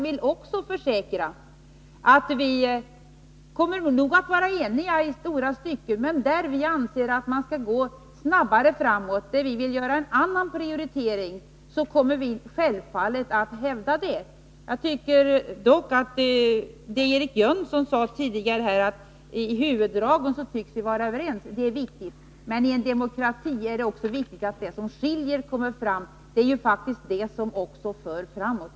Vi kommer nog att vara eniga i långa stycken, men jag vill försäkra, att när vi anser att man skall gå snabbare fram och göra en annan prioritering, kommer vi självfallet att säga ifrån. Jag tycker dock att det som Eric Jönsson sade här tidigare är viktigt, dvs. att vi tycks vara överens i huvuddragen. Men i en demokrati är det viktigt att det som skiljer kommer fram — det är också det som för framåt.